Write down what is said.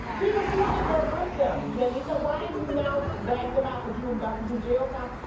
yeah he was doing the dirt with them, jenny, so why are and you now ratting them out cause you about to do jail time?